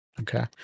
Okay